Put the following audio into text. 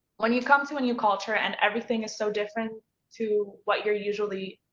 when you come to a new culture and everything is so different to what you're usually